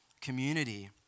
community